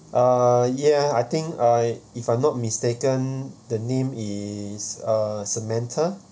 uh ya I think I if I'm not mistaken the name is uh samantha